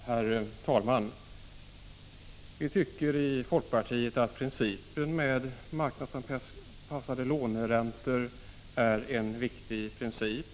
Herr talman! Vi i folkpartiet tycker att principen med marknadsanpassade 13 december 1985 låneräntor är en viktig princip.